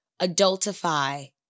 adultify